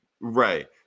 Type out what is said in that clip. Right